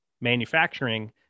manufacturing